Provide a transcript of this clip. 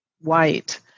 white